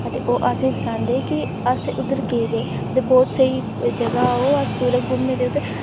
ते ओह् असेंगी सनांदे कि अस उद्धर गेदे ते बड़ी स्हेई जगह ओह् अस उद्धर बड़ा घुम्मै दे